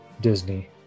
Disney